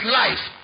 life